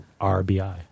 RBI